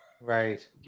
Right